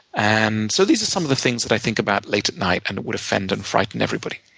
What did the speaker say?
and so these are some of the things that i think about late at night, and it would offend and frighten everybody.